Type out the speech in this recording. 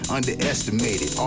Underestimated